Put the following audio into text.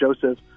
Joseph